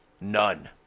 None